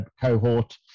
cohort